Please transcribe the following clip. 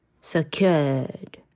secured